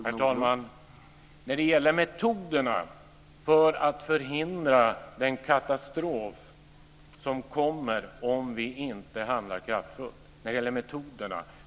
Herr talman! Vi måste vara öppna när det gäller metoderna för att förhindra den katastrof som kommer om vi inte handlar kraftfullt.